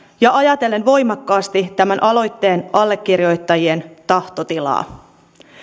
ja ajatellen voimakkaasti tämän aloitteen allekirjoittajien tahtotilaa